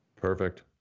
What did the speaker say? Perfect